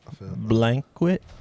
Blanket